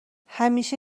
همیشه